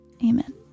amen